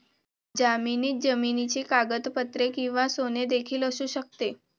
जामिनात जमिनीची कागदपत्रे किंवा सोने देखील असू शकते